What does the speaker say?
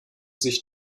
sich